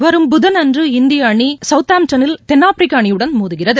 வரும் புதனன்று இந்திய அணி சௌத்ஆம்டனில் தென்னாப்பிரிக்க அணிபுடன் மோதுகிறது